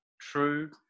true